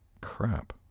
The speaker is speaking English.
Crap